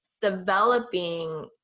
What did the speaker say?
developing